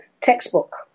textbook